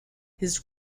his